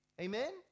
Amen